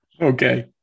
Okay